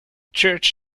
church